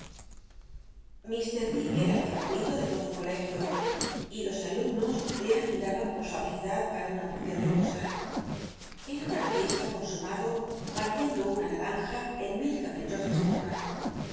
ir dick era el favorito de lodo el colegio y los alumnos le admiraban por su habilidad para una porcion de cosas era un artista consumado partiendo una naranja en mi l caprichosas formas